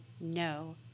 no